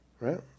Right